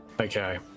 Okay